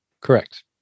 Correct